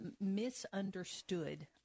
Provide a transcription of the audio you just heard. misunderstood